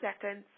seconds